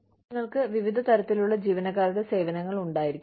നിങ്ങൾക്ക് വിവിധ തരത്തിലുള്ള ജീവനക്കാരുടെ സേവനങ്ങൾ ഉണ്ടായിരിക്കാം